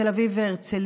תל אביב והרצליה.